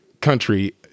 country